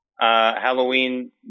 Halloween